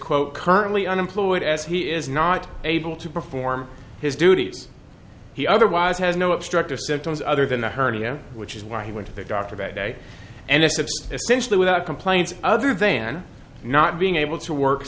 quote currently unemployed as he is not able to perform his duties he otherwise has no obstructive symptoms other than the hernia which is why he went to the doctor that day and s of essentially without complaints other than not being able to work